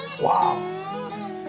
wow